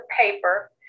paper